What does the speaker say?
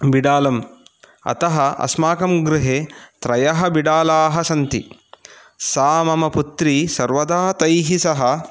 विडालम् अतः अस्माकं गृहे त्रयः बिडालाः सन्ति सा मम पुत्री सर्वदा तैः सह